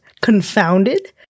confounded